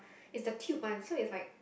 is the tube one so is like